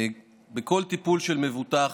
בכל טיפול של מבוטח,